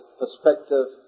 perspective